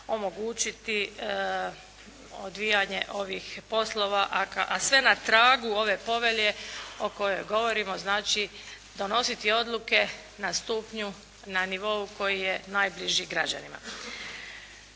omogućiti odvijanje ovih poslova, a sve na tragu ove povelje o kojoj govorimo. Znači, donositi odluke na stupnju, na nivou koji je najbliži građanima.